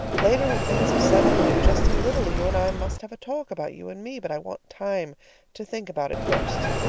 later, when things have settled just a little, you and i must have a talk about you and me, but i want time to think about it first.